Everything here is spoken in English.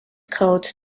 coat